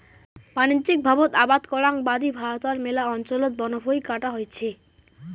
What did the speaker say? বাণিজ্যিকভাবত আবাদ করাং বাদি ভারতর ম্যালা অঞ্চলত বনভুঁই কাটা হইছে